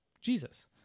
Jesus